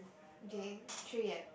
okay three eh